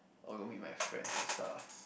or go meet my friends and stuff